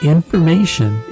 Information